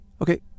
Okay